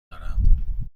دارم